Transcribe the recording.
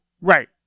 Right